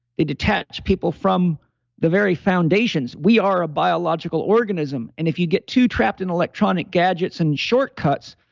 they detach people from the very foundations. we are a biological organism. and if you get too trapped in electronic gadgets and shortcuts,